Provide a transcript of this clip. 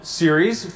series